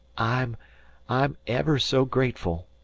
i'm i'm ever so grateful,